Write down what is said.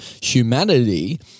humanity